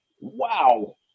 Wow